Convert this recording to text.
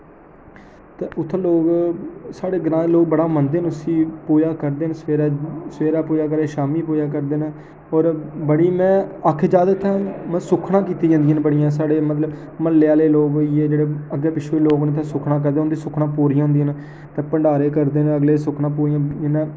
ते उ'त्थें लोक साढ़े ग्रांऽ दे लोक बड़ा मनदे न उसी पूजा करदे न सबैह्रे सबैह्रे पूजा करदे न शामीं पूजा करदे न होर बड़ी में आखी जा ते इ'त्थें सुक्खना कीती जन्दियां न बड़ियां साढ़े मतलब साढ़े म्ह्ल्ले आह्ले लोक होइये जेह्ड़े अग्गें पिच्छें दे लोग इ'त्थें सुक्खना करदे उं'दी सुक्खना पूरी होंदियां न ते भंडारे करदे न अगले सुक्खना पूरी इ'यां